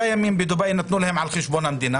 בדובאי נתנו להם שלושה ימים על חשבון המדינה